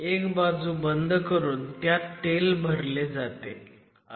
एक बाजू बंद करून त्यामध्ये तेल भरले जाते